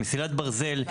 מסילת ברזל,